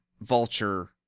Vulture